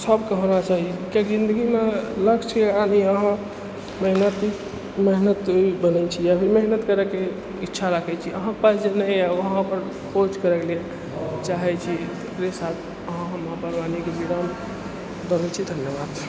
सबके होना चाही कियाकि जिनगीमे लक्ष्यके आगे ही अहाँ मेहनति मेहनति बनै छी मेहनति करैके अहाँ इच्छा राखै छी अहाँके पास जे नहि अइ अहाँ ओकर खोज करैलए चाहै छी ओकरे साथ अहाँ हम अपन वाणीके विराम दै छी धन्यवाद